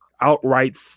outright